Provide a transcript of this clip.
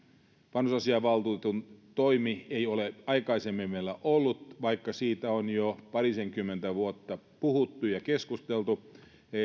vanhusasiainvaltuutetun toimea ei ole aikaisemmin meillä ollut vaikka siitä on jo parisenkymmentä vuotta puhuttu ja keskusteltu